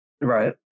right